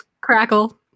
crackle